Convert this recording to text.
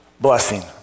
blessing